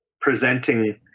presenting